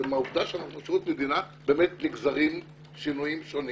מהמהות שאנחנו שירות מדינה נגזרים שינויים שונים